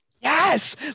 Yes